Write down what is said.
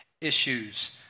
issues